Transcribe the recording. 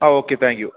ആ okay thank you